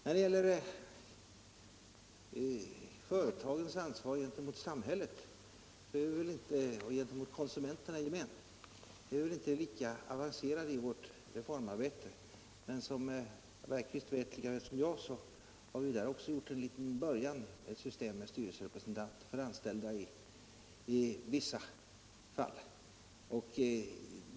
När det gäller företagens ansvar gentemot samhället och gentemot konsumenterna i gemen är vi inte lika avancerade i vårt reformarbete, men som herr Bergqvist vet lika väl som jag har vi också där gjort en liten början genom systemet med styrelserepresentanter för de anställda i vissa fall.